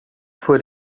for